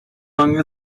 long